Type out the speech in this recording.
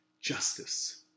justice